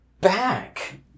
back